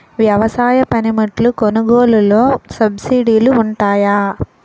వ్యవసాయ పనిముట్లు కొనుగోలు లొ సబ్సిడీ లు వుంటాయా?